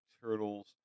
Turtles